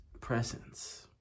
presence